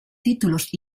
títulos